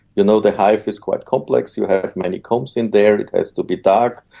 you know, the hive is quite complex, you have many combs in there, it has to be dark,